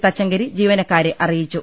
തച്ചങ്കരി ജീവനക്കാരെ അറിയിച്ചു